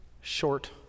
short